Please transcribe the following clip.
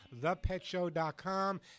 thepetshow.com